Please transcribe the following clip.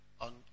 on